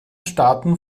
staaten